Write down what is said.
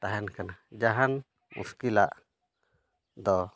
ᱛᱟᱦᱮᱱ ᱠᱟᱱᱟ ᱡᱟᱦᱟᱱ ᱢᱩᱥᱠᱤᱞᱟᱜ ᱫᱚ